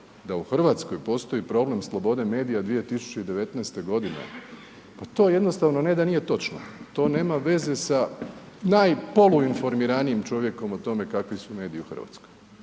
da u RH postoji problem slobode medija 2019.g., pa to jednostavno ne da nije točno, to nema veze sa najpoluinformiranijim čovjekom o tome kakvi su mediji u Hrvatskoj.